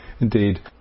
indeed